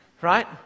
Right